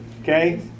Okay